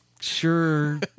sure